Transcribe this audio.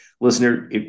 listener